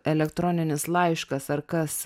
elektroninis laiškas ar kas